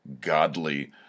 godly